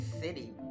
city